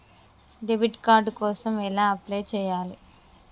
Debit card కోసం ఎలా apply చేయాలి?